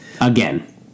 again